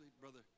Brother